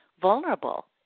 vulnerable